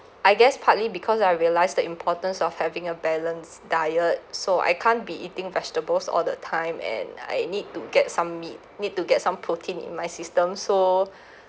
I guess partly because I realized the importance of having a balanced diet so I can't be eating vegetables all the time and I need to get some meat need to get some protein in my system so